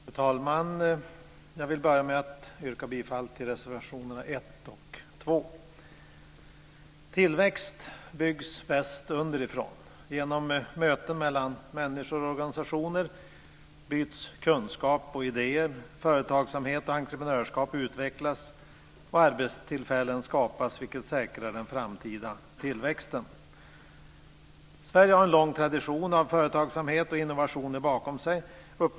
Fru talman! Jag vill börja med att yrka bifall till reservationerna 1 och 2. Tillväxt byggs mest underifrån. Genom möten mellan människor och organisationer byts kunskaper och idéer, företagsamhet och entreprenörskap utvecklas och arbetstillfällen skapas, vilket säkrar den framtida tillväxten. Sverige har en lång tradition av företagsamhet och innovationer bakom sig.